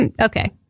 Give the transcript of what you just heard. Okay